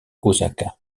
osaka